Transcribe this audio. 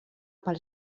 pel